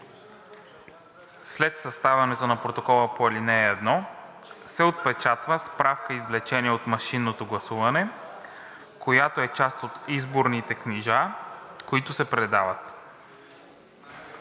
„След съставянето на протокола по ал. 1 се отпечатва справка извлечение от машинното гласуване, която е част от изборните книжа, които се предават.“